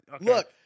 Look